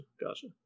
Gotcha